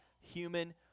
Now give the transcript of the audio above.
human